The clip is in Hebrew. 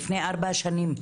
לפני ארבע שנים.